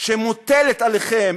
שמוטלת עליכם.